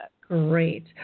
Great